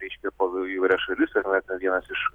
reiškia po įvairias šalis ar ne ten vienas iš